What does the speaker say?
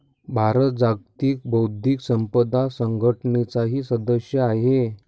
भारत जागतिक बौद्धिक संपदा संघटनेचाही सदस्य आहे